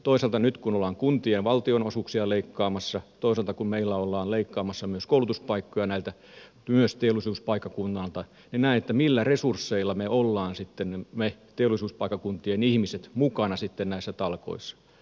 toisaalta nyt kun ollaan kuntien valtionosuuksia leikkaamassa toisaalta kun meillä ollaan leikkaamassa myös koulutuspaikkoja myös näiltä teollisuuspaikkakunnilta kysyn millä resursseilla me olemme sitten me teollisuuspaikkakuntien ihmiset mukana näissä talkoissa